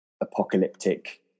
apocalyptic